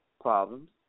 problems